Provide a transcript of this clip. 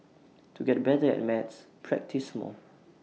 to get better at maths practise more